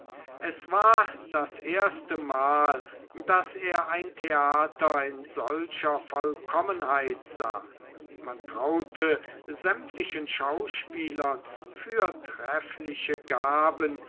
es war das erste mal daß er ein theater in solcher vollkommenheit sah man traute sämtlichen schauspielern fürtreffliche gaben